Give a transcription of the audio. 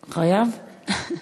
חייב?